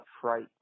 fright